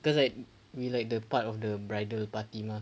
cause like we like the part of the bridal party mah